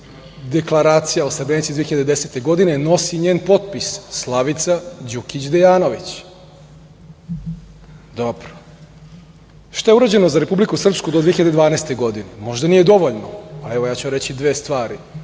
Deklaracija o Srebrenici 2010. godine nosi njen potpis, Slavica Đukić Dejanović. Dobro. Šta je urađeno za Republiku Srpsku do 2012. godine? Možda nije dovoljno, ali evo reći ću vam dve stvari